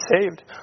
saved